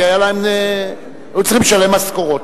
כי היו צריכים לשלם משכורות,